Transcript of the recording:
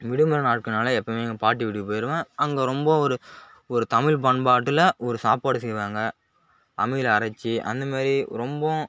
விடுமுறை நாட்கள்னாலே எப்பவுமே எங்கள் பாட்டி வீட்டுக்கு போயிருவேன் அங்கே ரொம்ப ஒரு ஒரு தமிழ் பண்பாட்டில் ஒரு சாப்பாடு செய்வாங்க அம்மியில் அரைச்சு அந்தமாதிரி ரொம்பவும்